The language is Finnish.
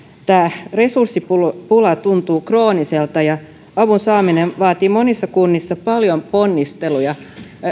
resurssipula tuntuu krooniselta ja avun saaminen vaatii monissa kunnissa paljon ponnisteluja